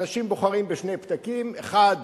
אנשים בוחרים בשני פתקים, אחד